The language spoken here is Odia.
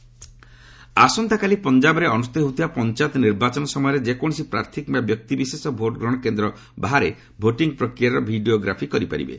ପଞ୍ଜାବ ପୋଲ୍ ଆସନ୍ତାକାଲି ପଞ୍ଜାବରେ ଅନୁଷ୍ଠିତ ହେଉଥିବା ପଞ୍ଚାୟତ ନିର୍ବାଚନ ସମୟରେ ଯେକୌଣସି ପ୍ରାର୍ଥୀ କିମ୍ବା ବ୍ୟକ୍ତି ବିଶେଷ ଭୋଟ୍ ଗ୍ହଣ କେନ୍ଦ୍ ବାହାରେ ଭୋଟିଂ ପ୍ରକ୍ରିୟାର ଭିଡ଼ିଓଗ୍ରାଫି କରିପାରିବେ